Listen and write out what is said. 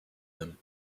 them